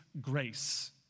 grace